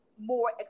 more